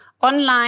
online